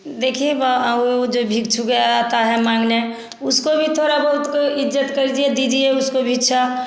देखिए अब वो जो भिक्षुक आता है मांगने उसको भी थोड़ा बहुत कोई इज्जत कर दीजिए उसको भिक्षा